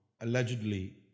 allegedly